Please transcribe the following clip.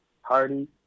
Hardy